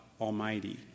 Almighty